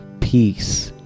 peace